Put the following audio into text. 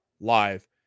live